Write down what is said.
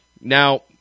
Now